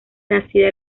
nacida